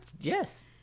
Yes